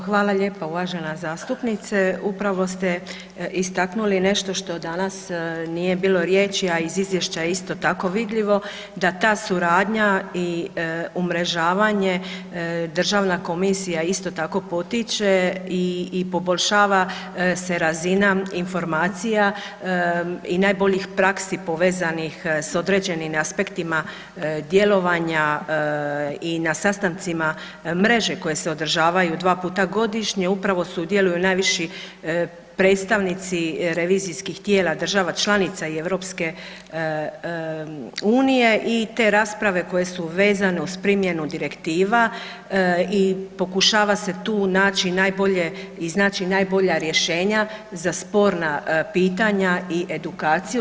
Upravo, hvala lijepa uvažena zastupnice, upravo ste istaknuli nešto što danas nije bilo riječi, a iz izvješća je isto tako vidljivo da ta suradnja i umrežavanje državna komisija isto tako potiče i poboljšava se razina informacija i najboljih praksi povezanih s određenim aspektima djelovanja i na sastancima mreže koje se održavaju 2 puta godišnje upravo sudjeluju najviši predstavnici revizijskih tijela država članica i EU i te rasprave koje su vezane uz primjenu direktiva i pokušava se tu naći najbolje, iznaći najbolja rješenja za sporna pitanja i edukaciju.